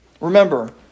Remember